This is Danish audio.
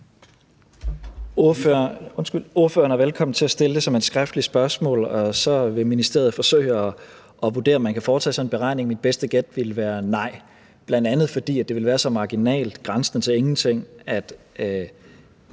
Ordføreren er velkommen til at stille det som et skriftligt spørgsmål, og så vil ministeriet forsøge at vurdere, om man kan foretage sådan en beregning. Mit bedste gæt vil være nej, bl.a. fordi det ville være så marginalt, grænsende til ingenting, at